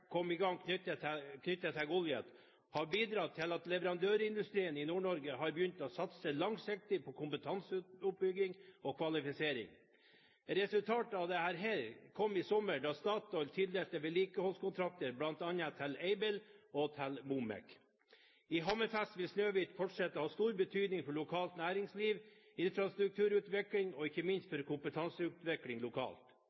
kom i sommer da Statoil tildelte vedlikeholdskontrakter bl.a. til Aibel og MOMEK. I Hammerfest vil Snøhvit fortsette å ha stor betydning for lokalt næringsliv, infrastrukturutvikling og ikke minst